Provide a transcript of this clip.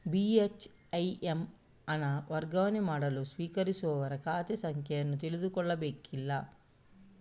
ಬಿ.ಹೆಚ್.ಐ.ಎಮ್ ಹಣ ವರ್ಗಾವಣೆ ಮಾಡಲು ಸ್ವೀಕರಿಸುವವರ ಖಾತೆ ಸಂಖ್ಯೆ ಅನ್ನು ತಿಳಿದುಕೊಳ್ಳಬೇಕಾಗಿಲ್ಲ